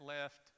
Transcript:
left